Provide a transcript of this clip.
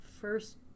first